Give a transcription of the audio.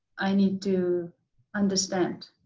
i need to understand.